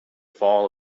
fall